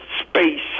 space